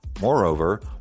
Moreover